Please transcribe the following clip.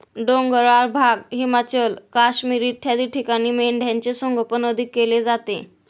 डोंगराळ भाग, हिमाचल, काश्मीर इत्यादी ठिकाणी मेंढ्यांचे संगोपन अधिक केले जाते